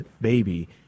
baby